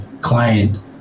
client